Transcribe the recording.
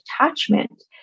attachment